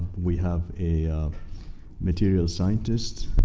we have a materials scientist,